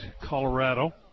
Colorado